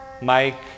Mike